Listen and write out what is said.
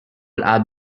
are